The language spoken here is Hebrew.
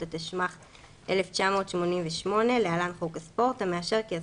לא כל כושר הוא